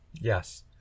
Yes